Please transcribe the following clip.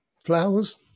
Flowers